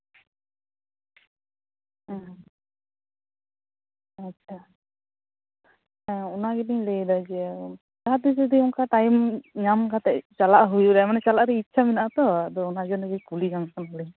ᱦᱩᱸ ᱟᱪᱪᱷᱟ ᱦᱮᱸ ᱚᱱᱟ ᱜᱮᱞᱤᱧ ᱞᱟᱹᱭᱫᱟ ᱡᱮ ᱡᱟᱦᱟᱸ ᱛᱤᱥ ᱡᱩᱫᱤ ᱚᱱᱠᱟ ᱴᱟᱭᱤᱢ ᱧᱟᱢ ᱠᱟᱛᱮ ᱪᱟᱞᱟᱜ ᱦᱩᱭᱱᱟ ᱢᱟᱱᱮ ᱪᱟᱞᱟᱜ ᱨᱮᱱᱟᱜ ᱤᱪᱪᱷᱟᱹ ᱢᱮᱱᱟᱜ ᱟᱛᱚ ᱟᱫᱚ ᱚᱱᱟᱜᱮ ᱠᱩᱞᱤ ᱡᱚᱝ ᱠᱟᱱᱟᱞᱤᱧ